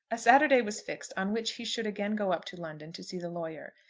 a saturday was fixed on which he should again go up to london to see the lawyer.